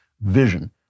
Vision